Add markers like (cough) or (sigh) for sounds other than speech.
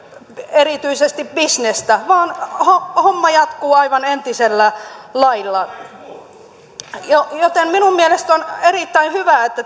erityisesti bisnestä vaan homma jatkuu aivan entisellä lailla joten minun mielestäni on erittäin hyvä että (unintelligible)